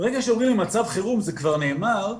ברגע שעוברים למצב חירום וזה כבר נאמר,